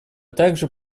также